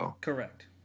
Correct